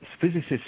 physicists